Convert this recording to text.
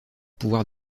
pouvoir